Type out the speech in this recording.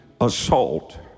assault